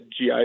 GI